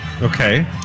Okay